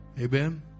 Amen